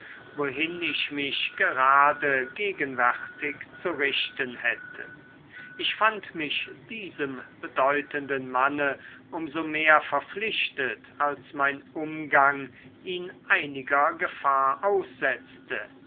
wohin ich mich gerade gegenwärtig zu richten hätte ich fand mich diesem bedeutenden manne um so mehr verpflichtet als mein umgang ihn einiger gefahr aussetzte